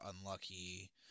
unlucky